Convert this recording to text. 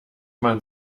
man